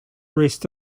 rest